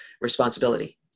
responsibility